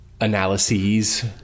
analyses